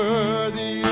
Worthy